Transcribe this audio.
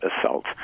assault